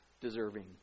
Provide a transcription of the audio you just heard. deserving